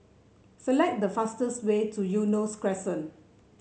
select the fastest way to Eunos Crescent